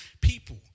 people